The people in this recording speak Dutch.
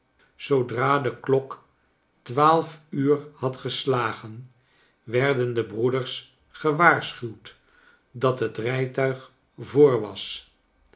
zoodra de klok twaalf uur had geslagen werden de breeders gewaarschuwd dat het rrjtuig voor was